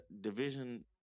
division